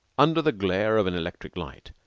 under the glare of an electric light,